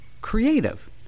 creative